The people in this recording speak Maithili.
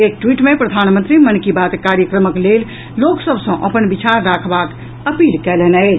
एक ट्वीट मे प्रधानमंत्री मन की बात कार्यक्रमक लेल लोक सभ सँ अपन विचार राखबाक अपील कयलनि अछि